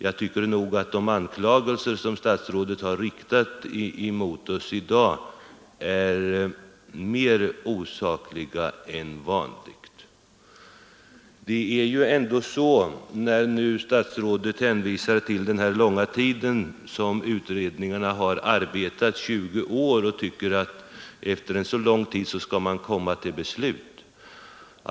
Jag tycker nog att de anklagelser statsrådet riktat mot oss i dag är mer osakliga än vanligt. Statsrådet hänvisar till att utredningarna har arbetat i 20 år och tycker att man bör komma till beslut.